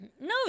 No